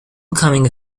becoming